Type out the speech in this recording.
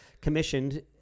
commissioned